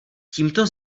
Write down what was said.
tímto